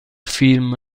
film